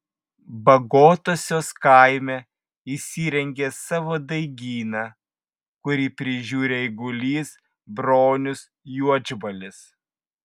bagotosios kaime įsirengė savo daigyną kurį prižiūri eigulys bronius juodžbalis